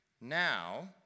now